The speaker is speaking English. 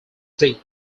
did